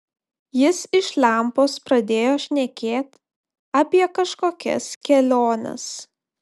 jis iš lempos pradėjo šnekėt apie kažkokias keliones